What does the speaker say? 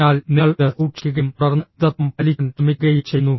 അതിനാൽ നിങ്ങൾ ഇത് സൂക്ഷിക്കുകയും തുടർന്ന് മിതത്വം പാലിക്കാൻ ശ്രമിക്കുകയും ചെയ്യുന്നു